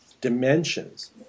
dimensions